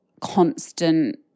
constant